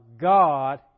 God